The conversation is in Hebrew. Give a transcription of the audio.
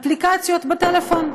אפליקציות בטלפון,